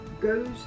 goes